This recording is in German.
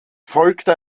folgte